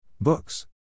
Books